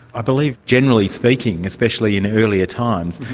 i believe generally speaking, especially in earlier times,